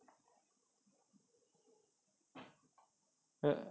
err